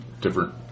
different